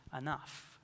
enough